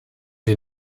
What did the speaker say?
den